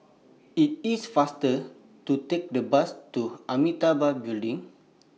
IT IS faster to Take The Bus to Amitabha Building